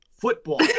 football